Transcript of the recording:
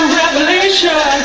revelation